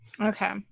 Okay